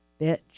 Bitch